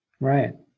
Right